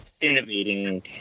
innovating